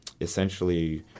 essentially